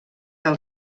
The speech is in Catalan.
del